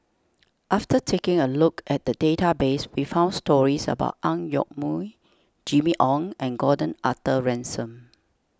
after taking a look at the database we found stories about Ang Yoke Mooi Jimmy Ong and Gordon Arthur Ransome